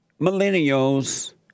millennials